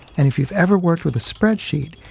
and if you've ever worked with a spreadsheet,